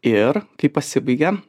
ir kai pasibaigė